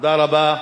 תודה רבה.